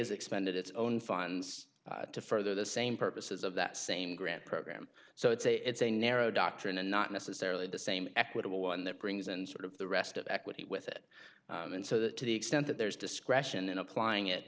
has expended its own funds to further the same purposes of that same grant program so it's a it's a narrow doctrine and not necessarily the same equitable one that brings and sort of the rest of equity with it and so that to the extent that there is discretion in applying it